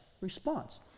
response